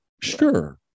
sure